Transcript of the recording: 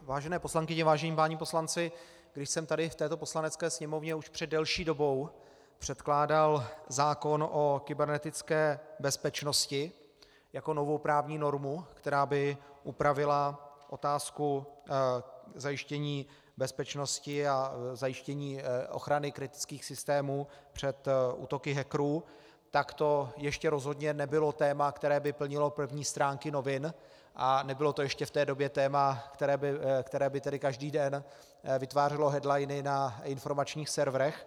Vážené poslankyně, vážení páni poslanci, když jsem tady v této Poslanecké sněmovně už před delší dobou předkládal zákon o kybernetické bezpečnosti jako novou právní normu, která by upravila otázku zajištění bezpečnosti a zajištění ochrany kritických systémů před útoky hackerů, tak to ještě rozhodně nebylo téma, které by plnilo první stránky novin, a nebylo to ještě v té době téma, které by tedy každý den vytvářelo headliny na informačních serverech.